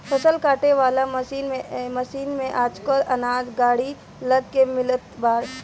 फसल काटे वाला मशीन में आजकल अनाज गाड़ी लग के मिलत बा